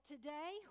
Today